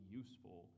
useful